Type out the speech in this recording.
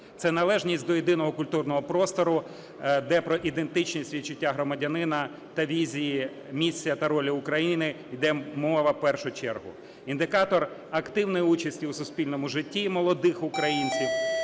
Це належність до єдиного культурного простору, де про ідентичність відчуття громадянина та візії, місця та ролі України йде мова в першу чергу. Індикатор активної участі у суспільному житті молодих українців